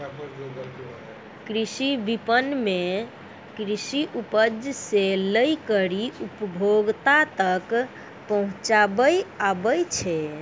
कृषि विपणन मे कृषि उपज से लै करी उपभोक्ता तक पहुचाबै आबै छै